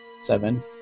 Seven